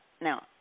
Now